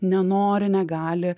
nenori negali